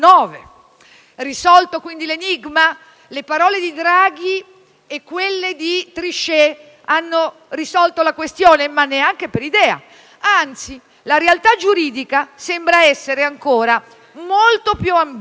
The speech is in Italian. Risolto quindi l'enigma? Le parole di Draghi e quelle di Trichet hanno risolto la questione? Ma neanche per idea; anzi, la realtà giuridica sembra essere ancora molto più ambigua